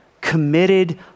committed